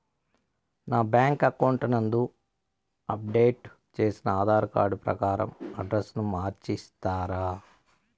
నా bank account నందు update చేసిన ఆధార్ కార్డు ప్రకారం అడ్రస్ ను మార్చిస్తారా?